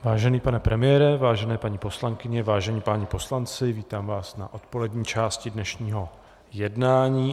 Vážený pane premiére, vážené paní poslankyně, vážení páni poslanci, vítám vás na odpolední části dnešního jednání.